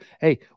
hey